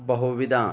बहुविदानि